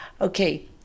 okay